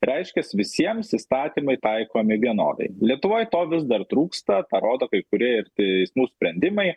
reiškias visiems įstatymai taikomi vienodai lietuvoj to vis dar trūksta tą rodo kai kurie ir teismų sprendimai